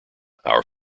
our